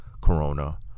Corona